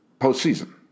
postseason